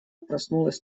проснулась